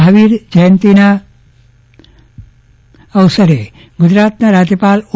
મહાવીર જયંતિના પાવન અવસરે ગુજરાતના રાજયપાલ ઓ